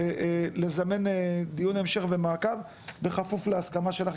לזמן דיון המשך ומעקב בכפוף להסכמה שלך,